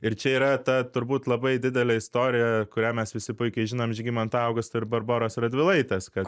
ir čia yra ta turbūt labai didelė istorija kurią mes visi puikiai žinom žygimanto augusto ir barboros radvilaitės kad